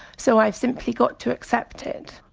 so i've simply got to accept it.